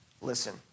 listen